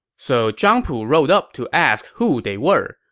so zhang pu rode up to ask who they were,